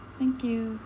thank you